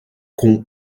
com